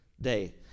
day